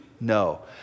no